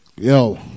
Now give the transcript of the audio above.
Yo